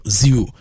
zero